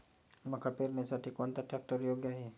मका पेरणीसाठी कोणता ट्रॅक्टर योग्य आहे?